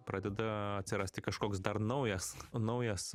pradeda atsirasti kažkoks dar naujas naujas